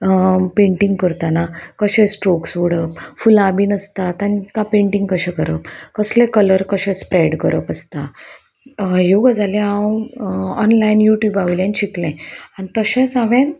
painting करताना कशे strokes उडप फुलां बीन आसता तांकां पेंटींग कशें करप कसलें कलर कशें स्प्रेड करप आसता ह्यो गजाली हांव ऑनलायन यूट्यूबा वयल्यान शिकलें आनी तशेंच हांवें